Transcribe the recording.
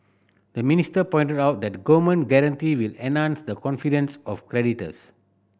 the minister pointed out that a government guarantee will enhance the confidence of creditors